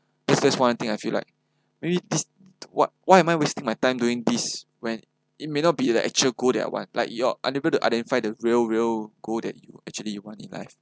that's just one thing I feel like maybe this why why am I wasting my time doing this when it may not be the actual goal that I want like you're unable to identify the real real goal that you actually you want in life